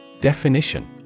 Definition